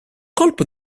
colpo